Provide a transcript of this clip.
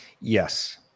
Yes